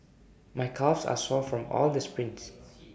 my calves are sore from all the sprints